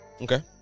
Okay